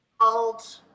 old